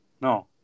no